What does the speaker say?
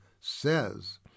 says